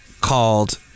called